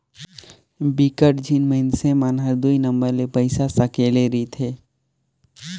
बिकट झिन मइनसे मन हर दुई नंबर ले पइसा सकेले रिथे